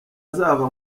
azava